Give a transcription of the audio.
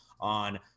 on